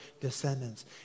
descendants